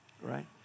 right